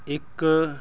ਇੱਕ